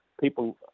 people